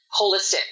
holistic